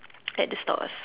at the stores